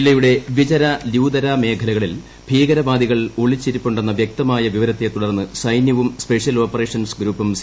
ജില്ലയുടെ വിജര ല്യുദരമേഖലയിൽ ഭീകരവാദികൾ ഒളിച്ചിരിപ്പു െ ന്ന വ്യക്തമായ വിവരത്തെത്തുടർന്ന് സൈന്യവും സ്പെഷ്യൽ ഓപ്പറേഷൻസ് ഗ്രൂപ്പും സി